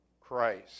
Christ